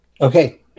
Okay